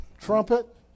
trumpet